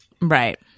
right